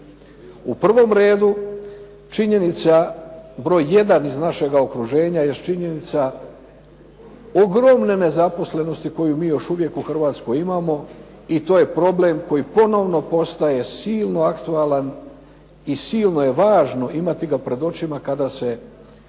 U prvom redu činjenica broj jedan iz našega okruženja jest činjenica ogromne nezaposlenosti koju mi još uvijek u Hrvatskoj imamo i to je problem koji ponovno postaje silno aktualan i silno je važno imati ga pred očima kada se